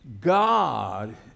God